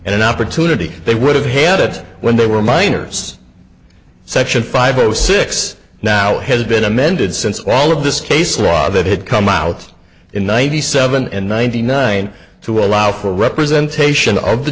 and an opportunity they would have had it when they were minors section five zero six now it has been amended since all of this case law that had come out in ninety seven and ninety nine to allow for representation of the